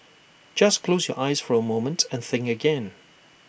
just close your eyes for A moment and think again